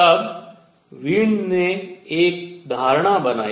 तब वीन ने एक धारणा बनाई